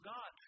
God